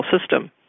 system